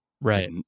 Right